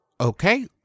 Okay